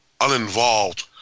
uninvolved